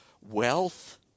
wealth